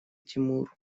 тимур